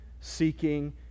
seeking